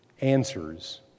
answers